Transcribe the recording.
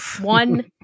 One